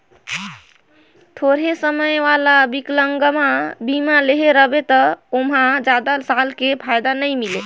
थोरहें समय वाला विकलांगमा बीमा लेहे रहबे त ओमहा जादा साल ले फायदा नई मिले